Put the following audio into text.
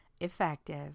effective